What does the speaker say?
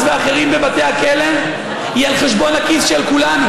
והאחרים בבתי הכלא היא על חשבון הכיס של כולנו.